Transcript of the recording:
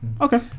Okay